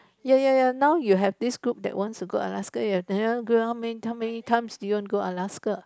ya ya now you have this group that wants to go Alaska you have another group how many how many times do you want to go Alaska